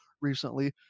recently